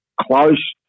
close